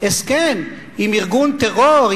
הסכם עם ארגון טרור,